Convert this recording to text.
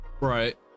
Right